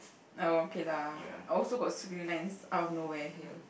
oh okay lah I also got squiggly lines out of nowhere here